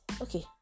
Okay